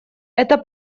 это